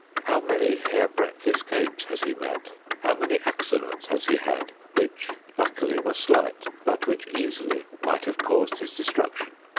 how many hair-breadth escapes has he met? how many accidents has he had which luckily were slight but which easily might have caused his destruction?